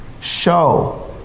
show